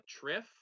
triff